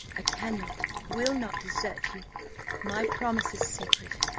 i cannot, will not desert you my promise is sacred.